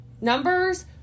Numbers